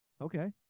Okay